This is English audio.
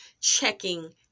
checking